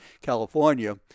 california